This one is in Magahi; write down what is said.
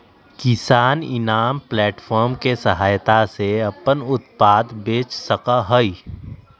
किसान इनाम प्लेटफार्म के सहायता से अपन उत्पाद बेच सका हई